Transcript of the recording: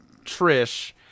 Trish